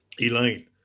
elaine